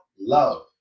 love